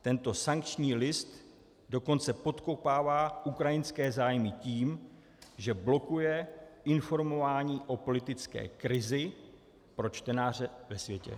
Tento sankční list dokonce podkopává ukrajinské zájmy tím, že blokuje informování o politické krizi pro čtenáře ve světě.